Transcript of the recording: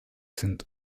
sind